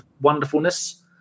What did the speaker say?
wonderfulness